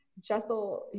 Jessel